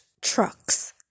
trucks